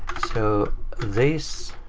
so this,